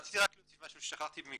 רציתי להוסיף משהו ששכחתי מקודם.